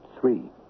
Three